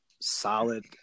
solid